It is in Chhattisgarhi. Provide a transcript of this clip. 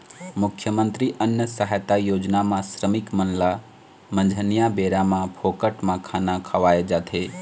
मुख्यमंतरी अन्न सहायता योजना म श्रमिक मन ल मंझनिया बेरा म फोकट म खाना खवाए जाथे